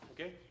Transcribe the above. okay